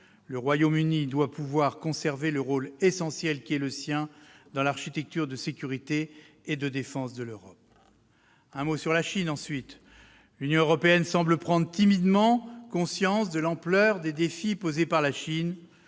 Le Royaume-Uni doit pouvoir conserver le rôle essentiel qui est le sien dans l'architecture de sécurité et de défense de l'Europe. La Chine, ensuite. L'Union européenne semble prendre timidement conscience de l'ampleur des défis posés par la Chine,